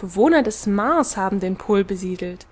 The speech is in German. bewohner des mars haben den pol besiedelt